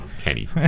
Kenny